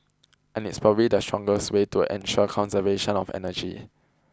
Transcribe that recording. and it's probably the strongest way to ensure conservation of energy